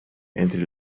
entre